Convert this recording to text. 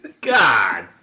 god